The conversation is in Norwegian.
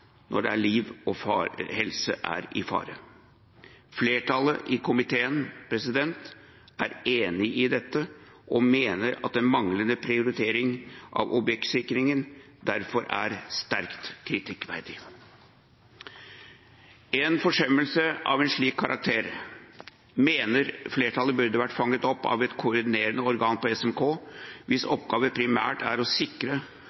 når det er fare for liv og helse. Flertallet i komiteen er enig i dette, og mener at den manglende prioriteringen av objektsikring derfor er sterkt kritikkverdig. Flertallet mener at en forsømmelse av en slik karakter burde vært fanget opp av et koordinerende organ ved Statsministerens kontor, hvis oppgave primært er å sikre